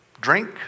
drink